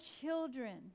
children